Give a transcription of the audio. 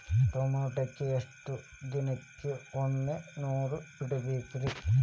ಟಮೋಟಾಕ ಎಷ್ಟು ದಿನಕ್ಕೊಮ್ಮೆ ನೇರ ಬಿಡಬೇಕ್ರೇ?